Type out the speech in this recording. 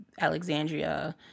Alexandria